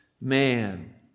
man